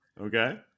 Okay